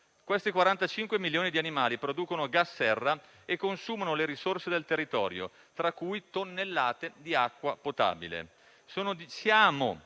Questi 45 milioni di animali producono gas serra e consumano le risorse del territorio, tra cui tonnellate di acqua potabile.